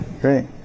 Great